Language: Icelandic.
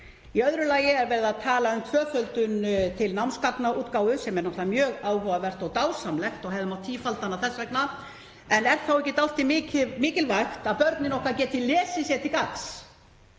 Í öðru lagi er verið að tala um tvöföldun til námsgagnaútgáfu, sem er náttúrlega mjög áhugavert og dásamlegt og hefði mátt tífalda hana þess vegna, en er þá ekki dálítið mikilvægt að börnin okkar geti lesið sér til gagns?